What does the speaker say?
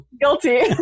Guilty